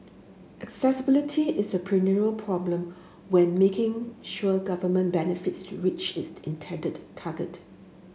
accessibility is a perennial problem when making sure government benefits to reach its intended target